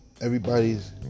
everybody's